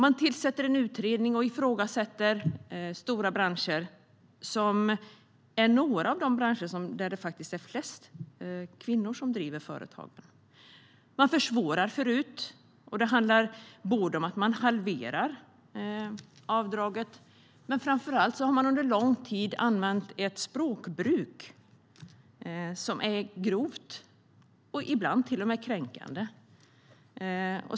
Man tillsätter en utredning och ifrågasätter stora branscher som är några av de branscher där det faktiskt är flest kvinnor som driver företag. Man försvårar för RUT, vilket både handlar om att man halverar avdraget och att man under lång tid har använt ett språkbruk som är grovt och ibland till och med kränkande.